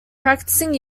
practicing